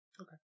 Okay